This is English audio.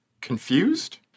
confused